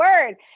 word